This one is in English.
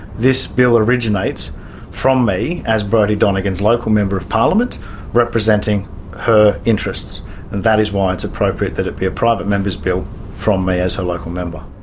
this bill originates from me as brodie donegan's local member of parliament representing her interests, and that is why it's appropriate that it be a private members bill from me as her local member.